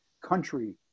country